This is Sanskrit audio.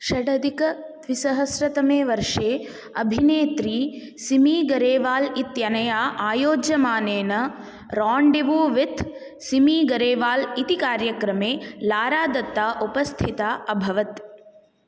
षडधिकद्विसहस्रतमे वर्षे अभिनेत्री सिमी गरेवाल् इत्यनया आयोज्यमानेन रान्डिवू विथ् सिमी गरेवाल् इति कार्यक्रमे लारा दत्ता उपस्थिता अभवत्